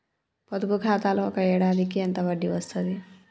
పొదుపు ఖాతాలో ఒక ఏడాదికి ఎంత వడ్డీ వస్తది?